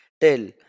tell